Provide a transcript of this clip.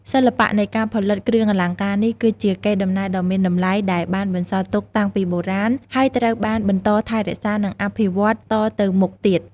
សិល្បៈនៃការផលិតគ្រឿងអលង្ការនេះ គឺជា កេរដំណែលដ៏មានតម្លៃ ដែលបានបន្សល់ទុកតាំងពីបុរាណ ហើយត្រូវបានបន្តថែរក្សា និងអភិវឌ្ឍតទៅមុខទៀត។